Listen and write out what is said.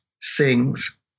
sings